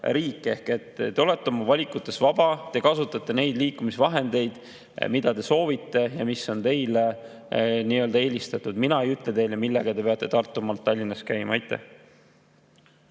riik. Te olete oma valikutes vaba, te kasutate neid liikumisvahendeid, mida te soovite ja mida te eelistate. Mina ei ütle teile, millega te peate Tartumaalt Tallinnasse sõitma. Aitäh!